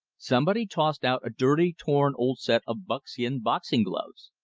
somebody tossed out a dirty torn old set of buckskin boxing gloves.